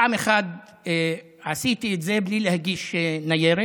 פעם אחת עשיתי את זה בלי להגיש ניירת,